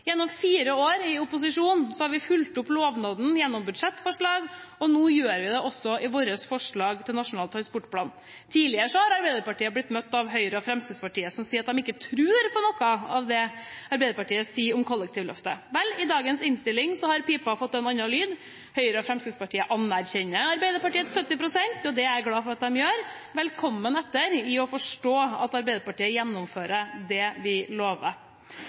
Gjennom fire år i opposisjon har vi fulgt opp lovnaden gjennom budsjettforslag, og nå gjør vi det også i vårt forslag til Nasjonal transportplan. Tidligere har Arbeiderpartiet blitt møtt av Høyre og Fremskrittspartiet, som sier at de ikke tror på noe av det Arbeiderpartiet sier om kollektivløftet. Vel, i dagens innstilling har pipa fått en annen lyd. Høyre og Fremskrittspartiet anerkjenner Arbeiderpartiets 70 pst., og det er jeg glad for at de gjør – velkommen etter i å forstå at vi i Arbeiderpartiet gjennomfører det vi lover.